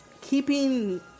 keeping